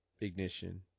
Ignition